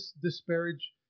disparage